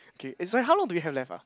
kid is like how long do you have left ah